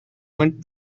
went